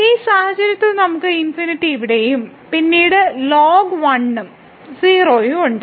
ഈ സാഹചര്യത്തിൽ നമുക്ക് ∞ ഇവിടെയും പിന്നീട് ln 1 ഉം 0 ഉം ഉണ്ട്